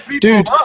dude